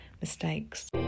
mistakes